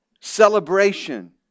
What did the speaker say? Celebration